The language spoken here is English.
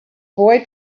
boy